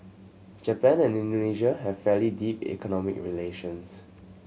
Japan and Indonesia have fairly deep economic relations